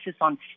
on